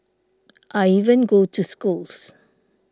I even go to schools